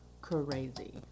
crazy